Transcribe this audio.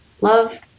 Love